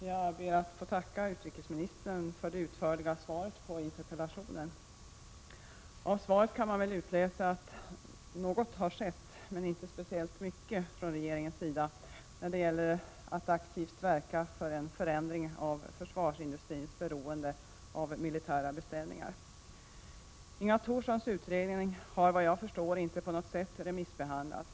Herr talman! Jag ber att få tacka utrikesministern för det utförliga svaret på interpellationen. Av svaret kan man väl utläsa att något har skett, men inte speciellt mycket, från regeringens sida när det gällt att aktivt verka för en förändring av försvarsindustrins beroende av militära beställningar. 77 Inga Thorssons utredning har, såvitt jag förstår, inte på något sätt remissbehandlats.